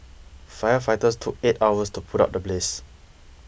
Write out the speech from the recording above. firefighters took eight hours to put out the blaze